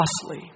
costly